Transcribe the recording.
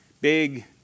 Big